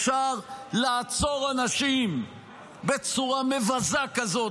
אפשר לעצור אנשים בצורה מבזה כזאת,